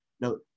No